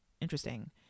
interesting